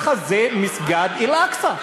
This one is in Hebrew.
אני אומר לך: זה מסגד אל-אקצא.